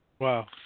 Wow